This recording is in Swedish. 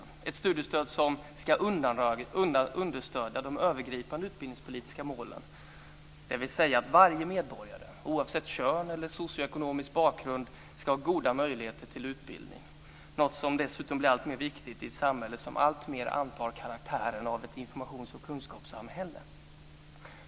Det är ett studiestöd som ska understödja de övergripande utbildningspolitiska målen. Varje medborgare oavsett kön eller socioekonomisk bakgrund ska ha goda möjligheter till utbildning. Det är något som dessutom blir allt viktigare i ett samhälle som alltmer antar karaktären av ett informations och kunskapssamhälle.